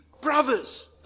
brothers